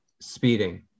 Speeding